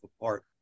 apart